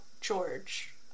George